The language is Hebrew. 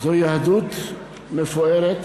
יהדות מפוארת